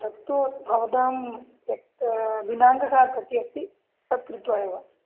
तत्तु भवतां यत् दिनाङ्कः कति अस्ति तत् कृत्वा एव